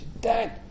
Dad